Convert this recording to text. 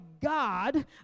God